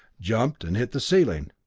jumped and hit the ceiling.